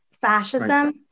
fascism